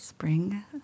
Spring